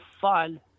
fun